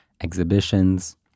exhibitions